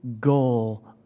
goal